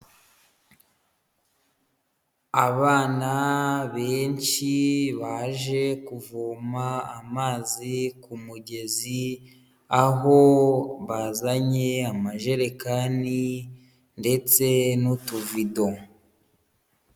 Abana benshi baje kuvoma amazi ku mugezi, aho bazanye amajerekani ndetse n'utuvido.